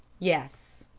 yes.